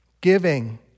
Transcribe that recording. Giving